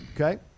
Okay